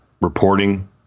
reporting